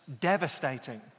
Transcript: devastating